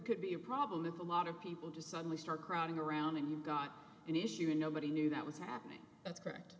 could be a problem if a lot of people just suddenly start crowding around and you've got an issue nobody knew that was happening that's correct